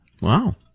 Wow